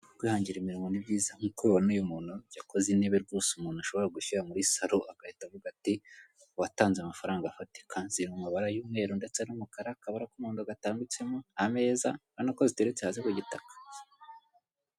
Kwihangira imirimo ni byiza nk'uko ubibona uyu muntu yakoze intebe rwose umuntu ashobora gushyira muri salon agahita avuga ati uwatanze amafaranga afatika, ziri mu mabara y'umweru, ndetse n'umukara akabara k'umuhondo gatambitsemo ameza urabona ko ziteretse hasi ku gitaka.